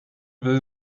will